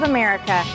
America